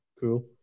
cool